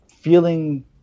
feeling